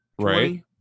Right